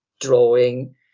drawing